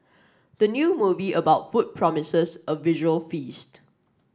the new movie about food promises a visual feast